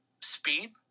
Speed